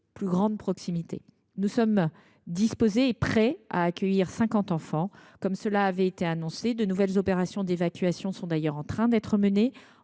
de proximité. Nous sommes disposés et prêts à accueillir 50 enfants, comme cela avait été annoncé. De nouvelles opérations d’évacuation sont d’ailleurs en train d’être menées,